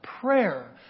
prayer